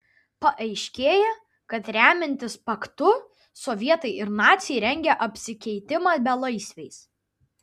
paaiškėja kad remiantis paktu sovietai ir naciai rengia apsikeitimą belaisviais